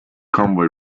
convoy